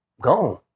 gone